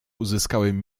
uzyskałem